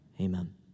amen